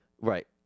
Right